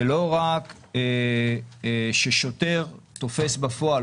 זה לא רק ששוטר תופס בפועל,